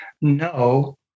No